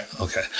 okay